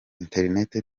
internet